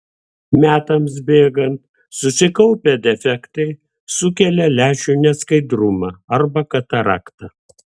metams bėgant susikaupę defektai sukelia lęšių neskaidrumą arba kataraktą